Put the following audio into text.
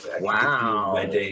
wow